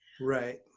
Right